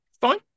Fine